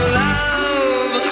love